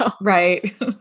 Right